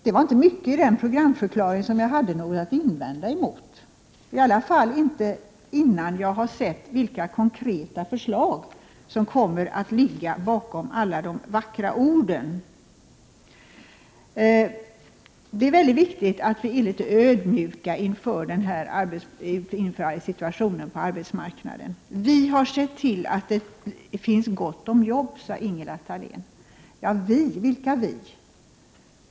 Det var inte mycket i den programförklaringen som jag hade något att invända emot —i alla fall inte innan jag har sett vilka konkreta förslag som alla de vackra orden kommer att ligga bakom. Det är mycket viktigt att vi är litet ödmjuka inför situationen på arbetsmarknaden. Vi har sett till att det finns gott om jobb, sade Ingela Thalén. Vilka är vi?